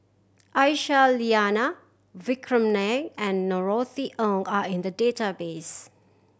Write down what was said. Aisyah Lyana Vikram Nair and Norothy Ng are in the database